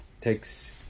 takes